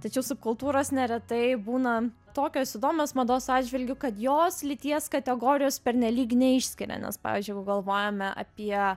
tačiau subkultūros neretai būna tokios įdomios mados atžvilgiu kad jos lyties kategorijos pernelyg neišsiskiria nes pavyzdžiui jeigu galvojame apie